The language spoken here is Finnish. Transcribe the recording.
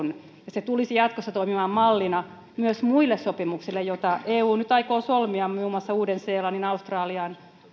se tulisi jatkossa toimimaan mallina myös muille sopimuksille joita eu nyt aikoo solmia muun muassa uuden seelannin australian